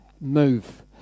move